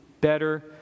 better